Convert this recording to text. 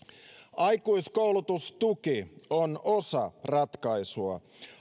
aikuiskoulutustuki on osa ratkaisua